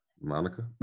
Monica